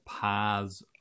paths